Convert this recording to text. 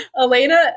elena